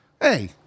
hey